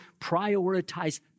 prioritize